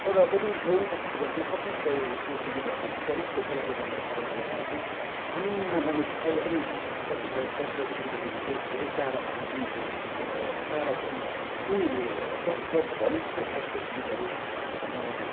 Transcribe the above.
तर पनि गाउँबस्तीतिर चाहिँ कतिपय यस्तो सुविधाहरू पर्याप्त उपलब्ध नभएको कारणले गर्दाखेरि चाहिँ आम मा मानिस अहिले पनि कतिपय स्वास्थ्य सुविधादेखि चाहिँ धेरै टाढा छन् उनीहरू टाढा छन् उनीहरूले स्वास्थ्य भने जस्तो स्वास्थ्य सुविधाहरू